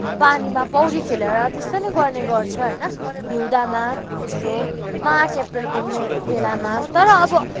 पानीमा पौडी खेलेर त्यस्तो नि गर्ने गर्छ होइन हिउँदामा यस्तो मार्च एप्रिलको बेलामा तर अब